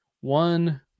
one